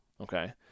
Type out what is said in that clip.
okay